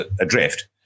adrift